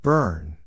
Burn